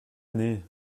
années